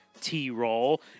T-Roll